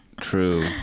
true